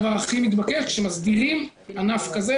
הדבר הכי מתבקש שכאשר מסדירים ענף כזה,